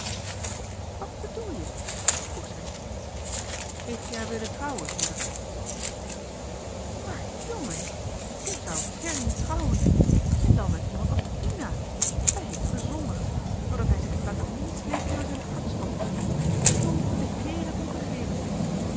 wat bedoel je vroeg zij heeft ie haar willen trouwen moeder maar jongen hoe zou her nu trouwen en dan met iemand als dina hij heeft gezondigd doordat hij zich heeft laten meesleepen door zijn hartstocht mge de heer het hem vergeven